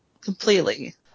completely